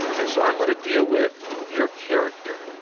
and so i'm going to deal with your character,